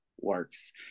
works